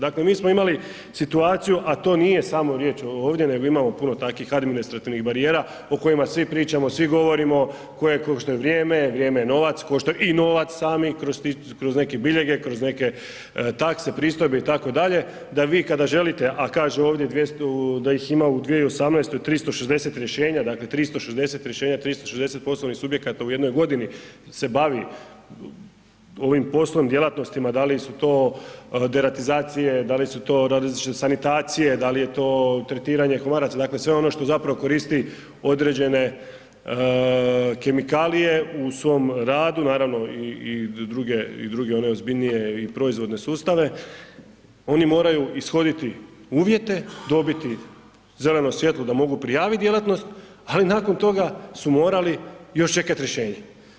Dakle, mi smo imali situaciju, a to nije samo riječ ovdje nego imamo puno takvih administrativnih barijera o kojima svi pričamo, svi govorimo, koje koštaju vrijeme, vrijeme je novac, košta i novac sami kroz neke biljege, kroz neke takse, pristojbe itd. da vi kad želite, a kaže ovdje da ih ima u 2018. 360 rješenja, dakle 360 rješenja, 360 poslovnih subjekata u jednoj godini se bavi ovim poslom, djelatnostima, da li su to deratizacije, da li su to različite sanitacije, dal je to tretiranje komaraca, dakle sve ono što zapravo koristi određene kemikalije u svom radu, naravno i druge, i druge one ozbiljnije i proizvodne sustave, oni moraju ishoditi uvjete, dobiti zeleno svjetlo da mogu prijavit djelatnost, ali nakon toga su morali još čekat rješenje.